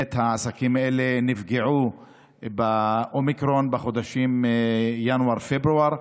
העסקים האלה נפגעו באומיקרון בחודשים ינואר-פברואר.